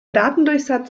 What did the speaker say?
datendurchsatz